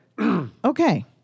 Okay